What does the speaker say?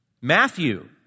Matthew